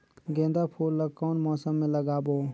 गेंदा फूल ल कौन मौसम मे लगाबो?